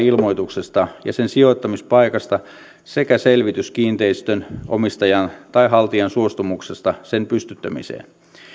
ilmoituksesta ja sen sijoittamispaikasta sekä selvitys kiinteistönomistajan tai haltijan suostumuksesta sen pystyttämiseen